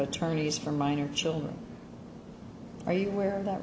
attorneys for minor children are you aware of that